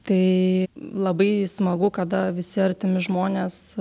tai labai smagu kada visi artimi žmonės